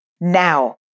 now